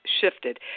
shifted